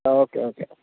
ಹಾಂ okay okay